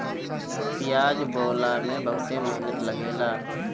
पियाज बोअला में बहुते मेहनत लागेला